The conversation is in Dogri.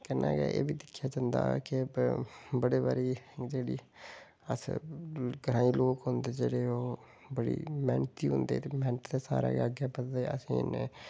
कन्नै गै एह् बी दिक्खेआ जंदा के बड़े बारी जेह्ड़ी अस ग्राईं लोक होंदे जेह्ड़े ओह् बड़ी मेह्नती होंदे ते मेह्नत दे स्हारे गै अग्गें बधदे असेंगी इन्ने